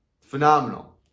Phenomenal